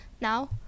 Now